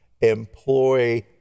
employ